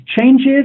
changes